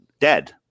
dead